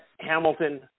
Hamilton